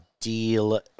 deal